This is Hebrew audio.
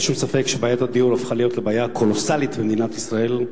אין שום ספק שבעיית הדיור הפכה להיות בעיה קולוסלית במדינת ישראל.